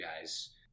guys